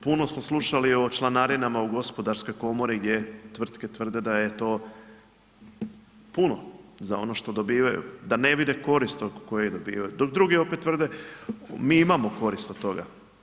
Puno smo slušali o članarinama u gospodarskoj komori gdje tvrtke tvrde da je to puno za ono što dobivaju, da ne vide korist od koje dobivaju, dok drugi opet tvrde mi imamo korist od toga.